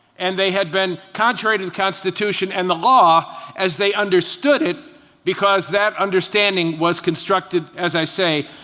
and they had been contrary to the constitution, and the law as they understood it because that understanding was constructed, as i say,